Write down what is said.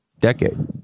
decade